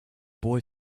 boy